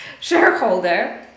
shareholder